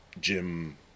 Jim